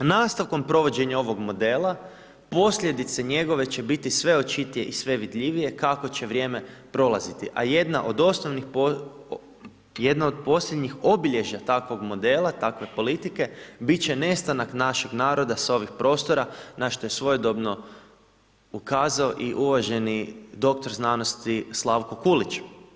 Nastavkom provođenja ovog modela posljedice njegove će biti sve očitije i sve vidljivije kako će vrijeme prolaziti, a jedna od posljednjih obilježja takvog modela, takve politike bit će nestanak našeg naroda s ovih prostora na što je svojedobno ukazao i uvaženi dr. znanosti Slavko Kulić.